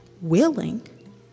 willing